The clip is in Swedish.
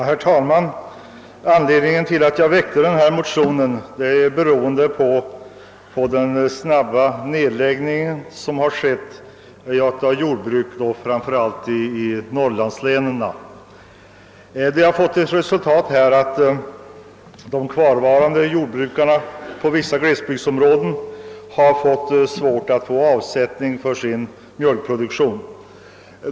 Herr talman! Anledningen till att jag väckt denna motion är den snabbt skeende nedläggningen av jordbruken i framför allt norrlandslänen. Resultatet av denna nedläggning har blivit att de kvarvarande jordbrukarna inom vissa glesbygdsområden har fått svårt att få avsättning för sin mjölkproduktion.